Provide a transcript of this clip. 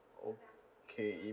okay